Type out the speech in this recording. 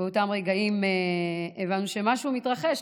באותם רגעים הבנו שמשהו מתרחש.